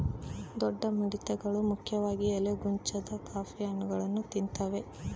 ದೊಡ್ಡ ಮಿಡತೆಗಳು ಮುಖ್ಯವಾಗಿ ಎಲೆ ಗೊಂಚಲನ್ನ ಕಾಫಿ ಹಣ್ಣುಗಳನ್ನ ತಿಂತಾವೆ